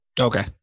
Okay